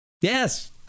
Yes